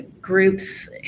Groups